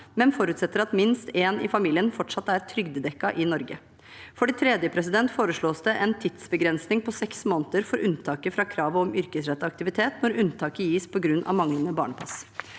men forutsetter at minst en i familien fortsatt er trygdedekket i Norge. For det tredje foreslås det en tidsbegrensning på seks måneder for unntaket fra kravet om yrkesrettet aktivitet når unntaket gis på grunn av manglende barnepass.